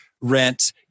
rent